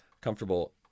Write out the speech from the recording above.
comfortable